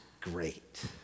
great